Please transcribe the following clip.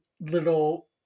little